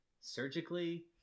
surgically